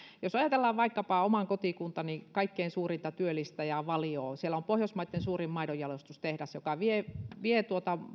jos ajatellaan vaikkapa oman kotikuntani kaikkein suurinta työllistäjää valiota siellä on pohjoismaitten suurin maidonjalostustehdas joka vie vie